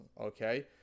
okay